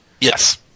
Yes